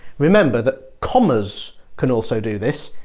remember that commas can also do this.